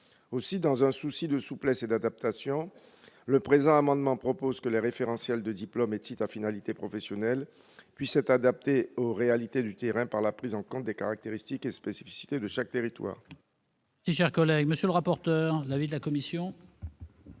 Aussi, dans un souci de souplesse et d'adaptation, nous proposons, par le présent amendement, que les référentiels de diplômes et titres à finalité professionnelle puissent être adaptés aux réalités du terrain par la prise en compte des caractéristiques et spécificités de chaque territoire.